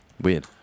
Weird